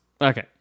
Okay